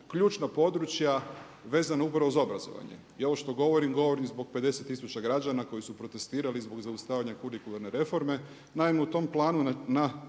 ključna područja vezana upravo za obrazovanje. Ja ovo što govorim, govorim zbog 50000 građana koji su protestirali zbog zaustavljanja kurikularne reforme. Naime, u tom planu na